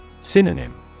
Synonym